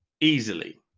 Easily